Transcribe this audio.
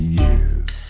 years